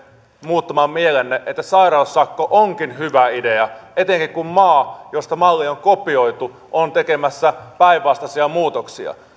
muuttamaan mielenne että sairaussakko onkin hyvä idea etenkin kun maa josta malli on kopioitu on tekemässä päinvastaisia muutoksia